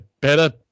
better